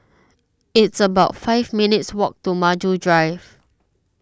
it's about five minutes' walk to Maju Drive